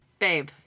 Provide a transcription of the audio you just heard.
Babe